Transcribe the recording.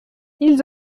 ils